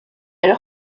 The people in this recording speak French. elle